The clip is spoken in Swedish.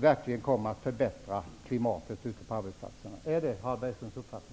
verkligen kommer att förbättra klimatet ute på arbetsplatserna? Är det Harald Bergströms uppfattning?